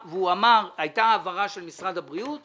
הייתה העברה של משרד הבריאות,